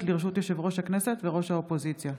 לרשות יושב-ראש הכנסת וראש האופוזיציה.